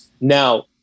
Now